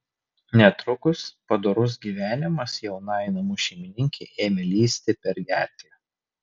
netrukus padorus gyvenimas jaunai namų šeimininkei ėmė lįsti per gerklę